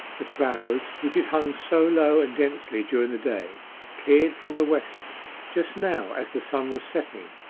the clouds which had hung so low and densely during the day cleared from the west just now as the sun was setting,